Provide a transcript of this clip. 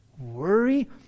Worry